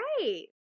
right